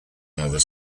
another